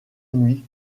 nuit